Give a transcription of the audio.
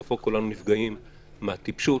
בסוף כולנו נפגעים מהטיפשות,